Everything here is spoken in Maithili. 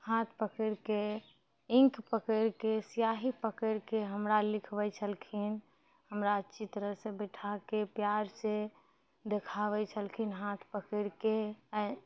हाथ पकड़िके इंक पकड़िके सिआही पकड़िके हमरा लिखबै छलखिन हमरा अच्छी तरह से बैठाके प्यार से देखाबै छलखिन हाथ पकड़िके